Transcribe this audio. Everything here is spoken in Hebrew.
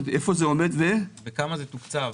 מעבר התקציב